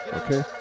okay